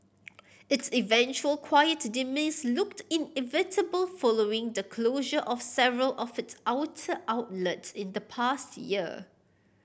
its eventual quiet demise looked inevitable following the closure of several of its outer outlets in the past year